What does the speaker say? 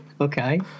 Okay